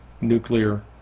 nuclear